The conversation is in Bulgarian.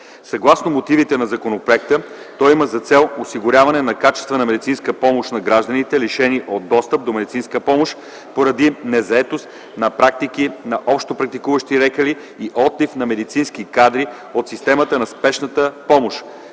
Съгласно мотивите на законопроекта, той има за цел осигуряване на качествена медицинска помощ на гражданите, лишени от достъп до медицинска помощ поради незаетост на практики на общопрактикуващи лекари и отлив на медицински кадри от системата на спешната помощ,